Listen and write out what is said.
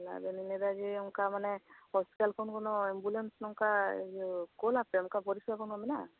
ᱛᱟᱦᱚᱞᱮ ᱟᱫᱚᱞᱤᱧ ᱞᱟᱹᱭᱮᱫᱟ ᱡᱮ ᱚᱱᱠᱟ ᱢᱟᱱᱮ ᱦᱳᱥᱯᱤᱴᱟᱞ ᱠᱷᱚᱱ ᱠᱳᱱᱚ ᱮᱢᱵᱩᱞᱮᱱᱥ ᱱᱚᱝᱠᱟ ᱠᱳᱞ ᱟᱯᱮ ᱚᱱᱠᱟ ᱯᱚᱨᱤ ᱥᱮᱵᱟ ᱢᱮᱱᱟᱜᱼᱟ